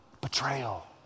betrayal